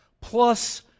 plus